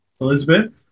Elizabeth